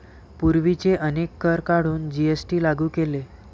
पूर्वीचे अनेक कर काढून जी.एस.टी लागू केले